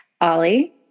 Ollie